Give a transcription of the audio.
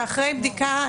זה אחרי בדיקה.